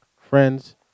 Friends